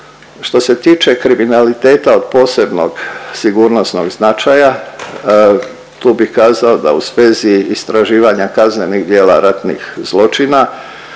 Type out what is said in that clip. Što se tiče kriminaliteta od posebnog sigurnosnog značaja tu bih kazao da u svezi istraživanja kaznenih djela ratnih zločina